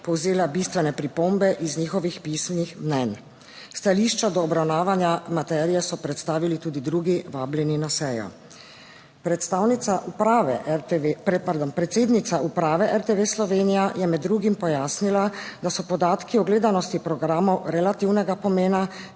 povzela bistvene pripombe iz njihovih pisnih mnenj. Stališča do obravnavanja materije so predstavili tudi drugi vabljeni na sejo. Predstavnica Uprave RTV, pardon, predsednica Uprave RTV Slovenija je med drugim pojasnila, da so podatki o gledanosti programov relativnega pomena